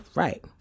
right